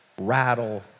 rattle